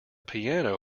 piano